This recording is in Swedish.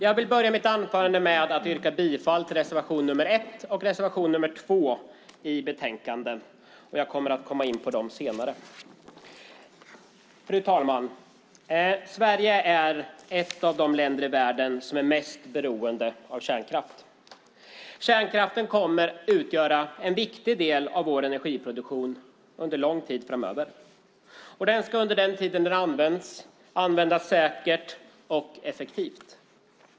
Jag yrkar bifall till reservationerna 1 och 2 i betänkandet och kommer senare in på de reservationerna. Fru talman! Sverige är ett av de länder i världen som är mest beroende av kärnkraft. Kärnkraften kommer att utgöra en viktig del av vår energiproduktion under lång tid framöver. Under den tid kärnkraften används ska den användas säkert och effektivt.